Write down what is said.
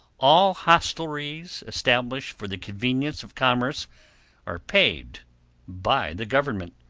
all hostelries established for the convenience of commerce are paid by the government.